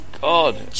God